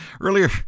earlier